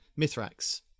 Mithrax